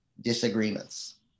disagreements